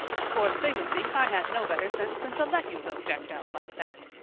of course they would think i had no better sense than to let you go decked out like that.